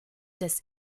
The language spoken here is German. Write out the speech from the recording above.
des